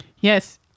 Yes